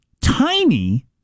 tiny